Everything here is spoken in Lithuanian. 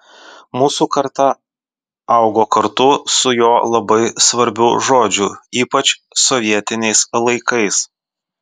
mūsų karta augo kartu su jo labai svarbiu žodžiu ypač sovietiniais laikais